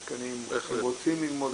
מתעדכנים, הם רוצים ללמוד